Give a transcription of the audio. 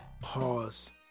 pause